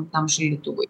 tam šildytuvui